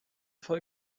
fall